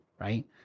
right